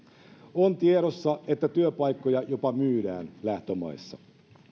on tiedossa että työpaikkoja jopa myydään lähtömaissa